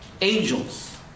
Angels